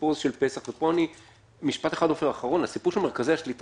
הסיפור של פסח ופה משפט אחד אחרון: הסיפור של מרכזי השליטה,